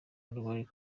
arwariye